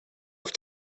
auf